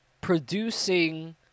producing